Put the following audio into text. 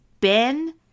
Ben